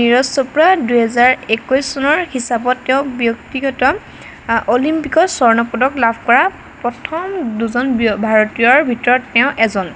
নীৰজ চোপ্ৰা দুহেজাৰ একৈশ চনৰ হিচাপত তেওঁ ব্যক্তিগত অলিম্পিকত স্বৰ্ণ পদক লাভ কৰা প্ৰথম দুজন ব ভাৰতীয়ৰ ভিতৰত তেওঁ এজন